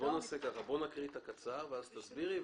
נקרא את התקנות ואז תסבירי,